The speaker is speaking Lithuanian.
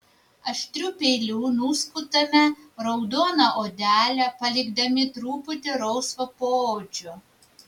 aštriu peiliu nuskutame raudoną odelę palikdami truputį rausvo poodžio